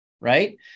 right